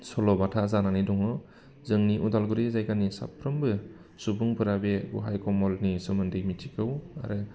सल' बाथा जानानै दङ जोंनि उदालगुरि जायगानि साफ्रोमबो सुबुंफोरा बे गहाय कमलनि सोमोन्दै मिथिगौ आरो